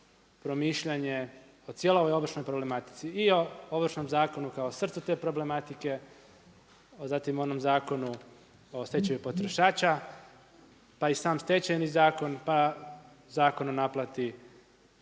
promišljanje o cijeloj ovoj ovršnoj problematici i o Ovršnom zakonu kao srcu te problematike, zatim o onom zakonu o stečaju potrošača pa i sam Stečajni zakon, pa Zakon o naplati